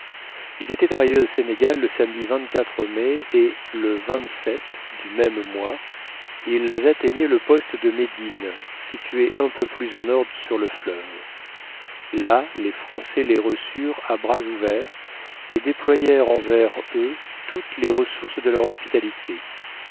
ils étaient arrivés au sénégal le samedi mai et le du même mois ils atteignaient le poste de médine situé un peu plus au nord sur le fleuve là les français les reçurent à bras ouverts et déployèrent envers eux toutes les ressources de leur hospitalité